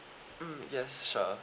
mm yes sure